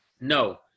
No